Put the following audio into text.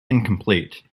incomplete